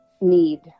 need